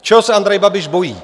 Čeho se Andrej Babiš bojí?